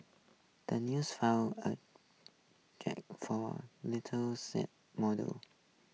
the news folded a jib for little sat model